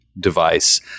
device